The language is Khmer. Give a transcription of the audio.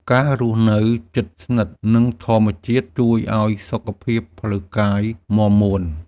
ការរស់នៅជិតស្និទ្ធនឹងធម្មជាតិជួយឱ្យសុខភាពផ្លូវកាយមាំមួន។